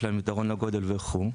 יש להן יתרון לגודל וכו'.